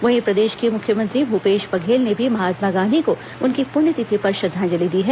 वहीं प्रदेश के मुख्यमंत्री भूपेश बघेल ने भी महात्मा गांधी को उनकी पुण्यतिथि पर श्रद्धांजलि दी है